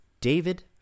David